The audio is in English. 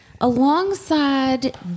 alongside